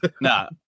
No